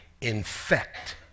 infect